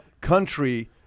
country